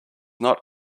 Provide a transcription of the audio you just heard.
not